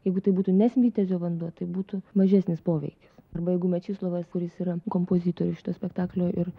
jeigu tai būtų ne svitjazio vanduo tai būtų mažesnis poveikis arba jeigu mečislovas kuris yra kompozitorius šito spektaklio ir